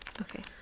Okay